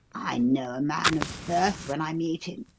i know a man of birth when i meet him.